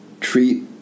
treat